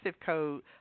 code